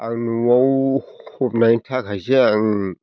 आं न'आव हमनायनि थाखायसो आं